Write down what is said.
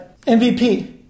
MVP